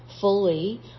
Fully